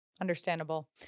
Understandable